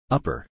Upper